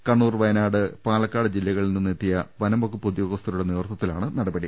Kannur Wayanad Palakkad ജില്ലകളിൽ നിന്ന് എത്തിയ വനംവകുപ്പ് ഉദ്യോഗസ്ഥരുടെ നേതൃത്വ ത്തിലാണ് നടപടി